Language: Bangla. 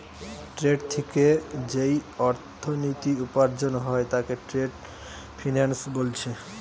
ট্রেড থিকে যেই অর্থনীতি উপার্জন হয় তাকে ট্রেড ফিন্যান্স বোলছে